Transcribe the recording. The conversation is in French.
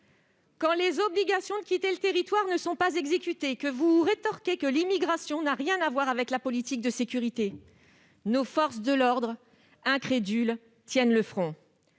Quand les obligations de quitter le territoire français ne sont pas exécutées, quand vous expliquez que l'immigration n'a rien à voir avec la politique de sécurité, nos forces de l'ordre, incrédules, tiennent le front.